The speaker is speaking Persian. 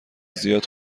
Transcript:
زیاد